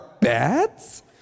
bats